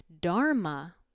dharma